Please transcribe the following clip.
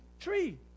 tree